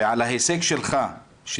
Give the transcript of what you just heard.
ועל ההישג שלך.